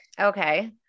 Okay